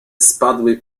spadły